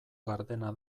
gardena